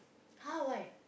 !huh! why